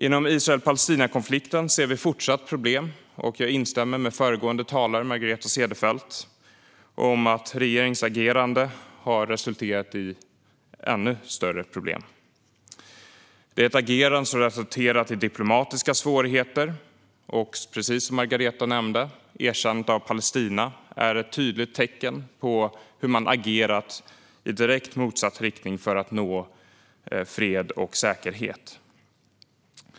Inom Israel-Palestina-konflikten ser vi fortsatta problem, och jag instämmer med föregående talare, Margareta Cederfelt, i att regeringens agerande har resulterat i ännu större problem. Det är ett agerande som har resulterat i diplomatiska svårigheter, och precis som Margareta nämnde är erkännandet av Palestina ett tydligt tecken på hur man agerat i direkt motsatt riktning för att nå fred och säkerhet.